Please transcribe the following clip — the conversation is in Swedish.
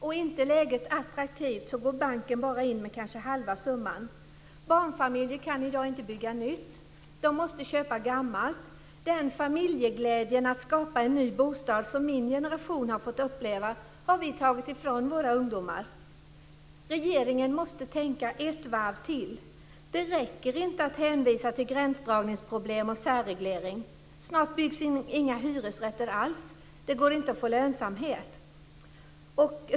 Är inte läget attraktivt går banken in med kanske bara halva summan. Barnfamiljer kan i dag inte bygga nytt. De måste köpa gammalt. Den familjeglädje att skapa sig en ny bostad som min generation har fått uppleva har vi tagit ifrån våra ungdomar. Regeringen måste tänka ett varv till. Det räcker inte att hänvisa till gränsdragningsproblem och särreglering. Snart byggs inga hyresrätter alls. Det går inte att få lönsamhet.